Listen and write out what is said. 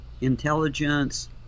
intelligence